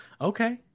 Okay